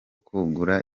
kugura